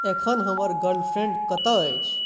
एखन हमर गर्लफ्रेंड कतय अछि